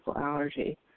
allergy